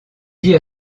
dit